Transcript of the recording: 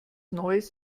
neues